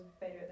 better